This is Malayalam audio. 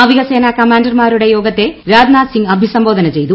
നാവിക സേന കമാന്റർമാരുടെ യോഗത്തെ രാജ്നാഥ് സിംഗ് അഭിസംബോധ്ന ചെയ്തു